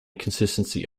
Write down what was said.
consistency